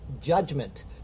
judgment